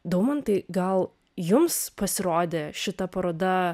daumantai gal jums pasirodė šita paroda